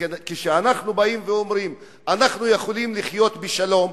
שכשאנחנו באים ואומרים: אנחנו יכולים לחיות בשלום,